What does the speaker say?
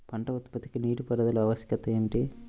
పంట ఉత్పత్తికి నీటిపారుదల ఆవశ్యకత ఏమిటీ?